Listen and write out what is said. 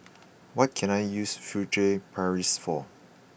what can I use Furtere Paris for